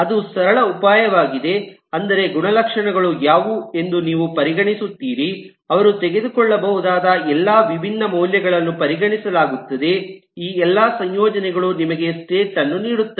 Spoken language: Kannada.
ಅದು ಸರಳ ಉಪಾಯವಾಗಿದೆ ಅಂದರೆ ಗುಣಲಕ್ಷಣಗಳು ಯಾವುವು ಎಂದು ನೀವು ಪರಿಗಣಿಸುತ್ತೀರಿ ಅವರು ತೆಗೆದುಕೊಳ್ಳಬಹುದಾದ ಎಲ್ಲಾ ವಿಭಿನ್ನ ಮೌಲ್ಯಗಳನ್ನು ಪರಿಗಣಿಸಲಾಗುತ್ತದೆ ಈ ಎಲ್ಲಾ ಸಂಯೋಜನೆಗಳು ನಿಮಗೆ ಸ್ಟೇಟ್ ಅನ್ನು ನೀಡುತ್ತವೆ